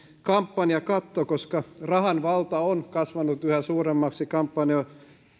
kampanjakatto koska rahan valta on kasvanut yhä suuremmaksi kampanjassa